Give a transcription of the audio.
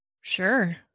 sure